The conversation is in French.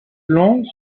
flancs